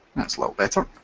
that's a little better.